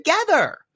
together